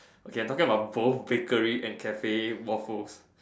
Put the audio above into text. okay I am talking about both bakery and Cafe waffles